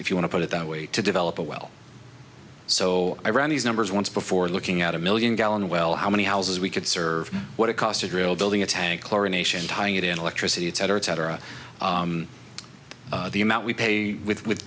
if you want to put it that way to develop a well so i ran these numbers once before looking at a million gallon well how many houses we could serve what it cost to drill building a tank chlorination tying it in electricity etc etc the amount we pay with